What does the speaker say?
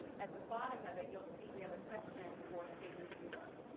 um at the bottom of it you'll see we have a section for state reviewer.